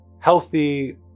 healthy